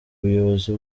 ubuyobozi